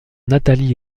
nathalie